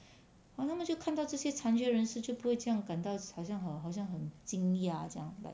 ah 他们就看到这些残缺人士就不会这样感到好像好像好像很惊讶这样 like